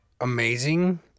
amazing